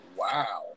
wow